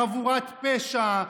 חבורת פשע,